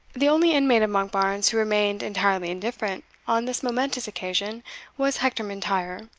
the only inmate of monkbarns who remained entirely indifferent on this momentous occasion was hector m'intyre,